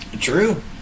True